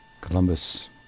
Columbus